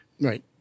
Right